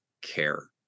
care